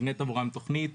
נבנית עבורן תוכנית.